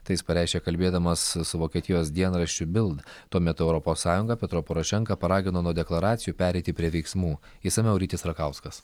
tai jis pareiškė kalbėdamas su vokietijos dienraščiu bild tuo metu europos sąjunga petro porošenką paragino nuo deklaracijų pereiti prie veiksmų išsamiau rytis rakauskas